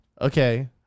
Okay